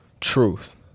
truth